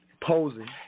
posing